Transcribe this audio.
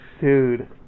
Dude